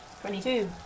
Twenty-two